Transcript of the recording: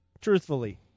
truthfully